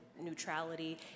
neutrality